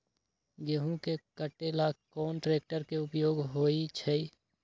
गेंहू के कटे ला कोंन ट्रेक्टर के उपयोग होइ छई?